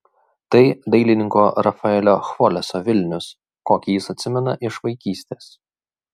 tai dailininko rafaelio chvoleso vilnius kokį jis atsimena iš vaikystės